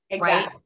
right